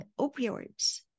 opioids